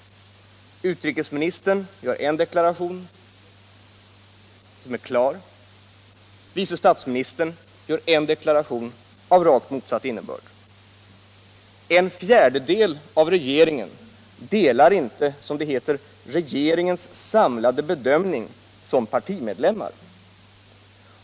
Utrikesministern gör en deklaration som är klar. Vice statsministern gör en deklaration av rakt motsatt innebörd. En fjärdedel av regeringen ansluter sig som partimedlemmar inte till, som det heter, regeringens samlade bedömning.